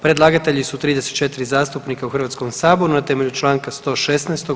Predlagatelji su 34 zastupnika u Hrvatskom saboru, na temelju članka 116.